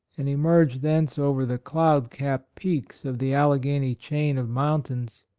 and emerge thence over the cloud-capped peaks of the alleghany chain of mountains,